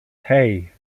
hey